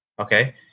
Okay